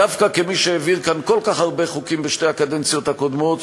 דווקא כמי שהעביר כאן כל כך הרבה חוקים בשתי הקדנציות הקודמות,